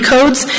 Codes